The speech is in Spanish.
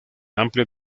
amplia